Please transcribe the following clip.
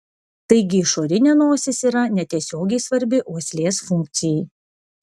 taigi išorinė nosis yra netiesiogiai svarbi uoslės funkcijai